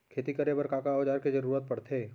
खेती करे बर का का औज़ार के जरूरत पढ़थे?